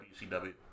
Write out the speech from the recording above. WCW